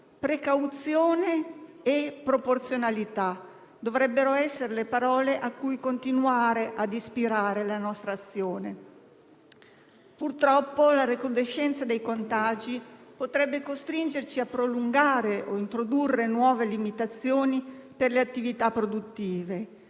Precauzione e proporzionalità dovrebbero essere le parole a cui continuare ad ispirare la nostra azione. Purtroppo, la recrudescenza dei contagi potrebbe costringerci a prolungare o introdurre nuove limitazioni per le attività produttive.